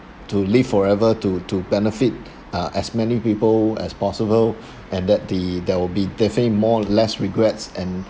to live forever to to benefit uh as many people as possible and that the there will be definitely more less regrets and